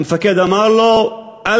המפקד אמר לו: אל